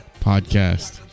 podcast